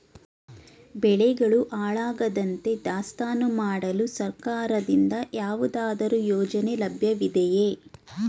ಬೆಳೆಗಳು ಹಾಳಾಗದಂತೆ ದಾಸ್ತಾನು ಮಾಡಲು ಸರ್ಕಾರದಿಂದ ಯಾವುದಾದರು ಯೋಜನೆ ಲಭ್ಯವಿದೆಯೇ?